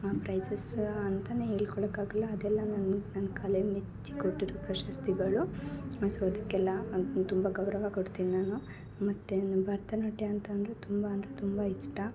ಆ ಪ್ರೈಸಸ್ ಅಂತಲೇ ಹೇಳ್ಕೊಳ್ಳಕ್ಕಾಗಲ್ಲ ಅದೆಲ್ಲ ನಾನು ನನ್ನ ಕಲೆ ಮೆಚ್ಚಿ ಕೊಟ್ಟಿರೋ ಪ್ರಶಸ್ತಿಗಳು ಸೋ ಅದಕೆಲ್ಲ ತುಂಬ ಗೌರವ ಕೊಡ್ತೀನಿ ನಾನು ಮತ್ತು ಭರ್ತನಾಟ್ಯ ಅಂತ ಅಂದರೆ ತುಂಬಾ ಅಂದರೆ ತುಂಬ ಇಷ್ಟ